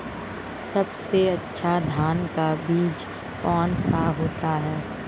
सबसे अच्छा धान का बीज कौन सा होता है?